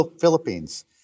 Philippines